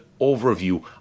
overview